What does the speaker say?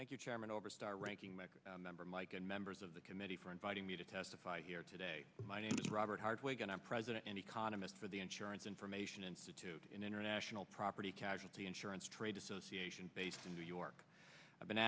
thank you chairman over star ranking member member mike and members of the committee for inviting me to testify here today my name is robert hard way and i'm president and economist for the insurance information institute an international property casualty insurance trade association based in new york i've been